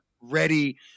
ready